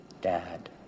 dad